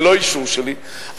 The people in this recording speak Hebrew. ללא אישור שלי,